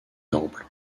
temple